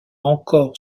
encore